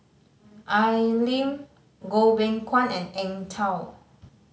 Al Lim Goh Beng Kwan and Eng Tow